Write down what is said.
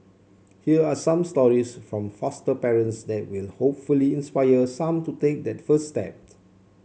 here are some stories from foster parents that will hopefully inspire some to take that first steps